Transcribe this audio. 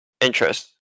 interest